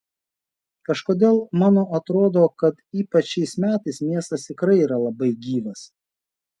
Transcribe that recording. kažkodėl mano atrodo kad ypač šiais metais miestas tikrai yra labai gyvas